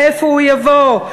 מאיפה הוא יבוא?'